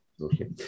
Okay